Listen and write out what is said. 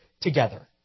together